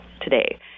today